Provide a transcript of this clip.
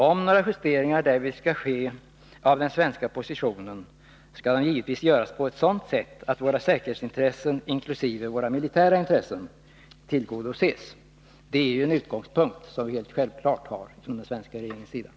Om några justeringar därvid skall ske av den svenska positionen, skall de givetvis göras på ett sådant sätt att våra säkerhetsintressen inkl. våra militära intressen tillgodoses. Detta är den svenska regeringens utgångspunkt.